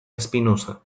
espinosa